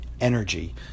energy